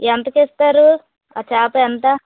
ఎంతకు ఇస్తారు ఆ చేప ఎంత